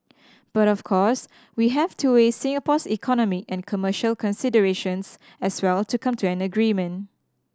but of course we have to weigh Singapore's economic and commercial considerations as well to come to an agreement